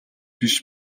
биш